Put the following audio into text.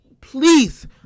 Please